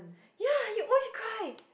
ya he always cry